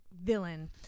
villain